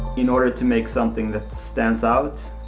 in order to make something that stands out,